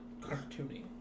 cartoony